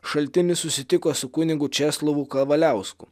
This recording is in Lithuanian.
šaltinis susitiko su kunigu česlovu kavaliausku